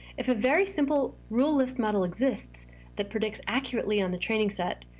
if a very simple rule list model exists that predicts accurately on the training set,